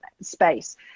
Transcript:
space